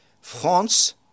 France